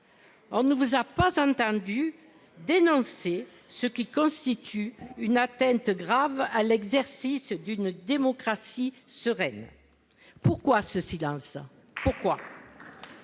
on ne vous a pas entendu dénoncer ce qui constitue une atteinte grave à l'exercice d'une démocratie sereine. Pourquoi ce silence ? Veuillez